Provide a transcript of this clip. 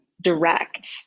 direct